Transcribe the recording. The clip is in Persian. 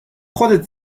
خودت